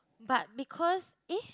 but because eh